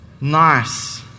nice